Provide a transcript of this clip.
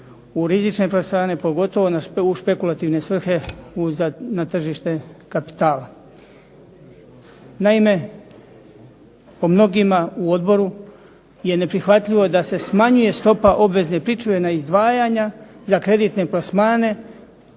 u rizične plasmane pogotovo u špekulativne svrhe na tržište kapitala. Naime, po mnogima u odboru je neprihvatljivo da se smanjuje stopa obvezne pričuve na izdvajanja na kreditne plasmane